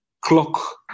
clock